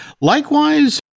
Likewise